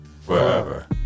forever